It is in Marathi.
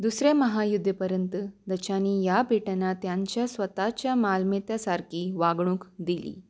दुसऱ्या महायुद्धापर्यंत दचांनी या बेटांना त्यांच्या स्वतःच्या मालमत्तेसारखी वागणूक दिली